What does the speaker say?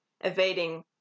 evading